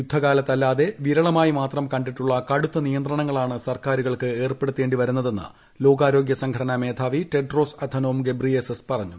യുദ്ധകാലത്തല്ലാതെ വിരളമായി മാത്രം കണ്ടിട്ടുള്ള കടുത്ത നിയന്ത്രണങ്ങളാണ് സർക്കാരുകൾക്ക് ഏർപ്പെടുത്തേണ്ടി വരുന്നതെന്ന് ലോകാരോഗ്യ സംഘടനാ മേധാവി ടെഡ്രോസ് അഥനോം ഗബ്രിയേസസ് പറഞ്ഞു